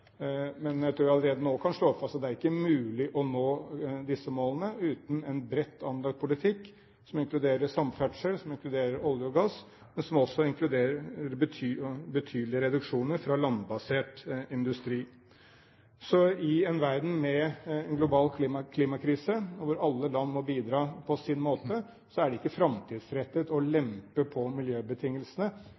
Men jeg tror jeg allerede nå kan slå fast at det ikke er mulig å nå disse målene uten en bredt anlagt politikk som inkluderer samferdsel, som inkluderer olje og gass, men som også inkluderer betydelige reduksjoner fra landbasert industri. I en verden med en global klimakrise, hvor alle land må bidra på sin måte, er det ikke framtidsrettet å lempe på miljøbetingelsene